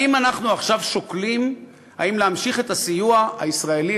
האם אנחנו שוקלים עכשיו אם להמשיך את הסיוע הישראלי